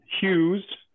hughes